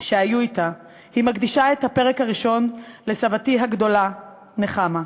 שהיו אתה, היא מקדישה לסבתי הגדולה נחמה.